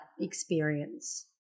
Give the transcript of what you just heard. experience